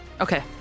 Okay